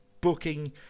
booking